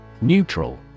Neutral